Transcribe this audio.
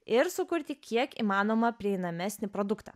ir sukurti kiek įmanoma prieinamesnį produktą